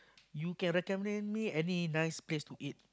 you can recommend me any nice place to eat